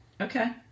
okay